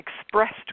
expressed